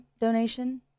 donation